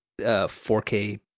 4K